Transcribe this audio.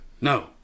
No